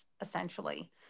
essentially